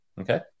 Okay